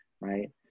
right